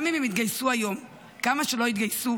גם אם הם יתגייסו היום, כמה שלא יתגייסו,